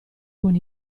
con